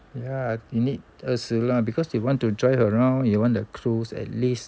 ya you need 二十 lah because they want to join around you want the cruise at least